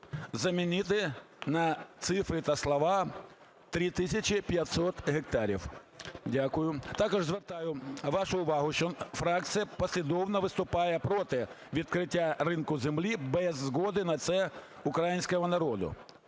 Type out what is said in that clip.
замінити на цифри та слова "3500 гектарів". Дякую. Також звертаю вашу увагу, що фракція послідовно виступає проти відкриття ринку землі без згоди на це українського народу.